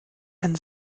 ein